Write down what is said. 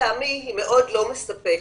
שלטעמי היא מאוד לא מספקת.